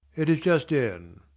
it is just in.